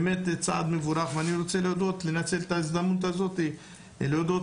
ואני רוצה לנצל את ההזדמנות הזאת להודות